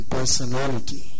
Personality